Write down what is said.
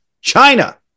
China